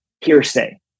hearsay